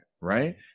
right